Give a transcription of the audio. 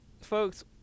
folks